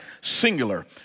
singular